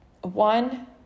One